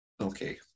okay